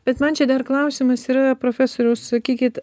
bet man čia dar klausimas yra profesoriau sakykit